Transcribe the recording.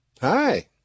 Hi